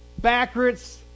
backwards